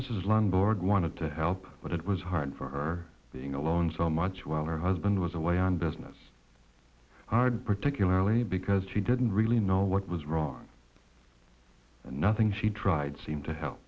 this is longboard wanted to help but it was hard for her being alone so much while our husband was away on business i did particularly because she didn't really know what was wrong and nothing she tried seemed to help